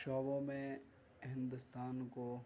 شعبوں میں ہندوستان کو